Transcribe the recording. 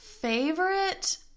Favorite